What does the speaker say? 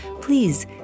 please